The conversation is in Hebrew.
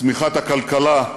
צמיחת הכלכלה,